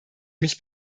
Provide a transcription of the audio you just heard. mich